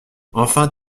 enfin